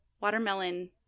Watermelon